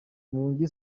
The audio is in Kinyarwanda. murungi